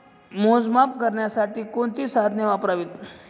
मोजमाप करण्यासाठी कोणती साधने वापरावीत?